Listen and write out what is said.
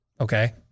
Okay